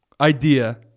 idea